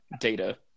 data